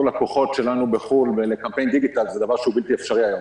לקוחות שלנו בחו"ל ולקמפיין דיגיטל זה דבר שהוא בלתי אפשרי היום.